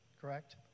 correct